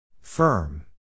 Firm